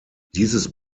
dieses